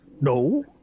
No